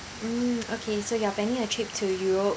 mm okay so you are planning a trip to europe